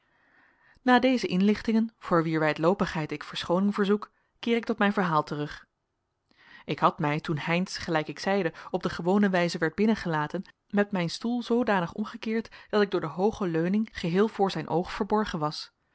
na deze inlichtingen voor wier wijdloopigheid ik verschoning verzoek keer ik tot mijn verhaal terug ik had mij toen heynsz gelijk ik zeide op de gewone wijze werd binnengelaten met zijn stoel zoodanig omgekeerd dat ik door de hooge leuning geheel voor zijn oog verborgen was